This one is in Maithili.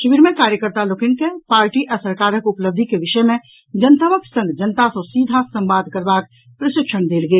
शिविर मे कार्यकर्ता लोकनि के पार्टी आ सरकारक उपलब्धि के विषय मे जनतबक संग जनता सॅ सीधा संवाद करबाक प्रशिक्षण देल गेल